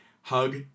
Hug